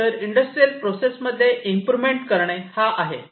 तर industrial process मध्ये improvement करणे हा आहे